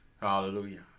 Hallelujah